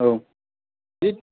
औ बि